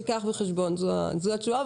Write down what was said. נלקח בחשבון, זו התשובה.